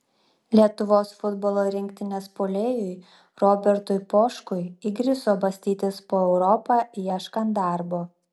lietuvos futbolo rinktinės puolėjui robertui poškui įgriso bastytis po europą ieškant darbo